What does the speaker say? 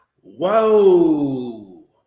Whoa